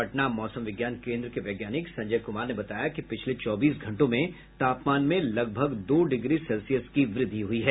पटना मौसम विज्ञान केन्द्र के वैज्ञानिक संजय कुमार ने बताया कि पिछले चौबीस घंटों में तापमान में लगभग दो डिग्री सेल्सियस की वृद्धि हुई है